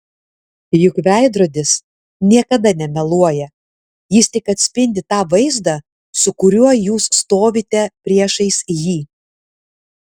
juk veidrodis niekada nemeluoja jis tik atspindi tą vaizdą su kuriuo jūs stovite priešais jį